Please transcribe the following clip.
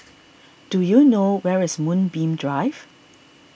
do you know where is Moonbeam Drive